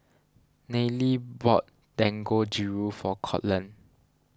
Nayely bought Dangojiru for Courtland